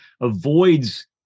avoids